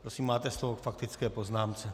Prosím, máte slovo k faktické poznámce.